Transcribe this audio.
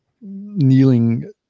kneeling